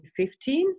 2015